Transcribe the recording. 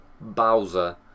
Bowser